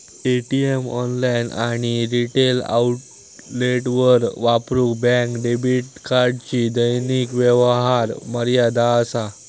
ATM, online आणि retail आउटलेटवर वापरूक बँक डेबिट कार्डची दैनिक व्यवहार मर्यादा असा